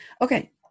Okay